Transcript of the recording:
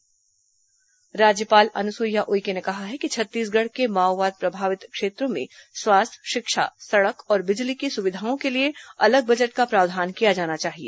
अनुसुईया उइके राज्यपाल सम्मेलन राज्यपाल अनुसुईया उइके ने कहा है कि छत्तीसगढ़ के माओवाद प्रभावित क्षेत्रों में स्वास्थ्य शिक्षा सड़क और बिजली की सुविधाओं के लिए अलग बजट का प्रावधान किया जाना चाहिए